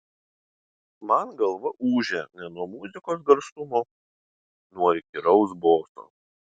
man galva ūžė ne nuo muzikos garsumo nuo įkyraus boso